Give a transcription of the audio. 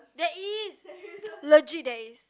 there is legit there is